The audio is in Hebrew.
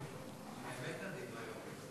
באמת נדיב היום.